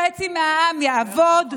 חצי מהעם יעבוד,